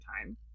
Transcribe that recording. time